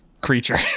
creature